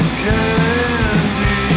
candy